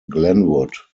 glenwood